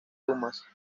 dumas